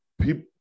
People